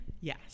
yes